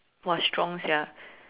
!wah! strong sia